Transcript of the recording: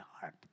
heart